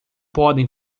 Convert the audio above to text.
podem